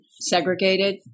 segregated